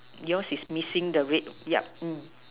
yours is missing the red yup